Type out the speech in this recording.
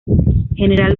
general